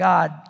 God